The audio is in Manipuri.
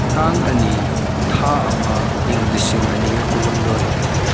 ꯇꯥꯡ ꯑꯅꯤ ꯊꯥ ꯑꯃ ꯏꯪ ꯂꯤꯁꯤꯡꯑꯅꯤꯒ ꯀꯨꯟꯍꯨꯝꯗꯣꯏ